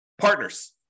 Partners